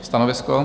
Stanovisko?